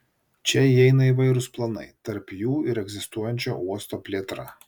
čia įeina įvairūs planai tarp jų ir egzistuojančio uosto plėtra